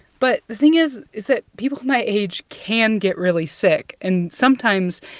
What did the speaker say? but the thing is is that people my age can get really sick. and sometimes,